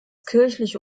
kirchliche